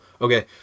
okay